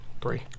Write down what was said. Three